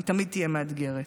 היא תמיד תהיה מאתגרת,